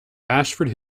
ashford